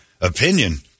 opinion